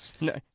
no